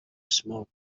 smoke